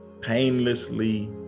painlessly